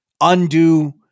undo